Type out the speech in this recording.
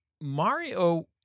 Mario